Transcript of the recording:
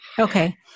Okay